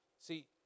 See